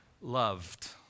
loved